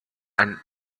and